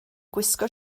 gwisgo